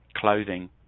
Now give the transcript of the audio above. clothing